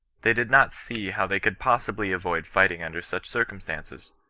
they did not see how they could possibly avoid fighting under such circumstances.